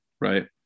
right